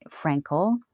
Frankel